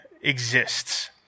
exists